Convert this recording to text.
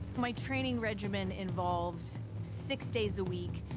my training regimen involves six days a week,